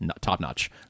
top-notch